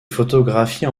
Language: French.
photographies